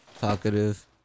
talkative